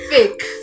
Fake